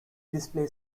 display